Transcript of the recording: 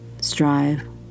Strive